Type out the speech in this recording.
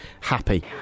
happy